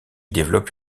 développe